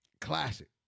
Classic